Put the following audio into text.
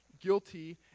guilty